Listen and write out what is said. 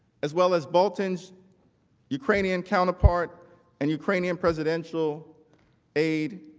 as well as but and ukrainian counterparts and ukrainian presidential aide.